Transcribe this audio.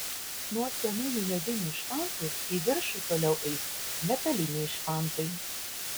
nuo senųjų medinių špantų į viršų toliau eis metaliniai špantai